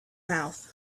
mouth